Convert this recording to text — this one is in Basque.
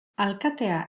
alkatea